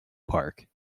park